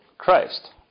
Christ